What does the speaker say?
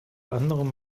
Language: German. anderem